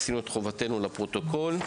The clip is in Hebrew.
עשינו את חובתנו לפרוטוקול.